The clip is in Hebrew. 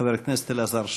חבר הכנסת אלעזר שטרן.